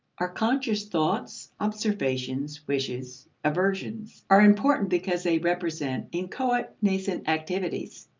our conscious thoughts, observations, wishes, aversions are important, because they represent inchoate, nascent activities.